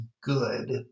good